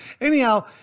Anyhow